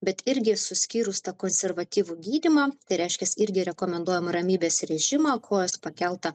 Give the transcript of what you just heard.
bet irgi suskyrus tą konservatyvų gydymą tai reiškias irgi rekomenduojama ramybės režimą kojos pakeltą